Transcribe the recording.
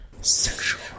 Sexual